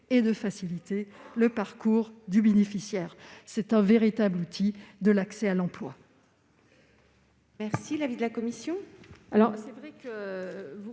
et de faciliter le parcours du bénéficiaire. C'est un véritable outil pour l'accès à l'emploi